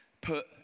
Put